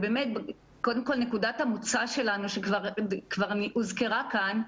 קודם כל נקודת המוצא שלנו שכבר הוזכרה כאן,